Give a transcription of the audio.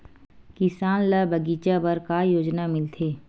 किसान ल बगीचा बर का योजना मिलथे?